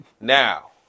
Now